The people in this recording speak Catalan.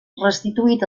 restituït